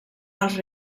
les